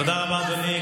תודה רבה, אדוני.